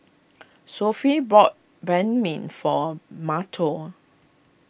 Sophie brought Banh Mi for Mateo